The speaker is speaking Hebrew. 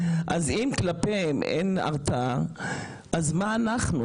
אז אם כלפיהם אין הרתעה, אז מה אנחנו?